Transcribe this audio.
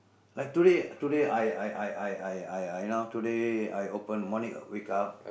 like today today I I I I I I you know today I open morning wake up